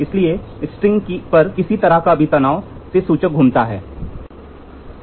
इसलिए स्ट्रिंग पर किसी तरह का भी तनाव से सूचक घूमता है